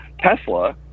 Tesla